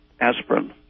aspirin